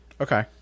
Okay